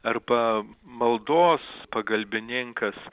arba maldos pagalbininkas